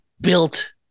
built